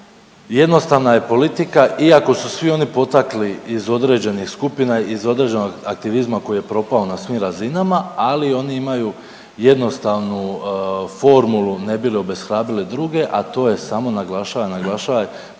jednostavna je politika iako su svi oni potakli iz određenih skupina, iz određenog aktivizma koji je propao na svim razinama, ali oni imaju jednostavnu formulu ne bi li obeshrabrili druge, a to je samo, naglašavaj, naglašavaj,